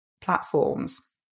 platforms